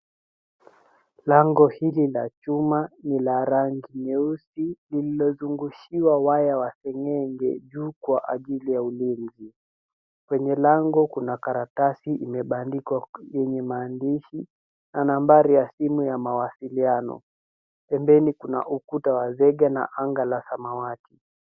Lango hili la chuma ni la rangi nyeusi lililozungushiwa waya wa seng'eng'e juu kwa ajili ya ulinzi. Kwenye lango kuna karatasi imebandikwa yenye maandishi na nambari ya simu ya mawasiliano. Pembeni kuna ukuta wa zege na anga la samawati.